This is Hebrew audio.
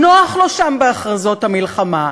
נוח לו שם, בהכרזות המלחמה.